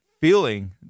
feeling